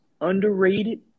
underrated